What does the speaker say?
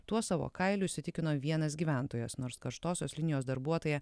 tuo savo kailiu įsitikino vienas gyventojas nors karštosios linijos darbuotoja